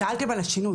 שאלתם על השינוי,